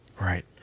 Right